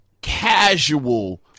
casual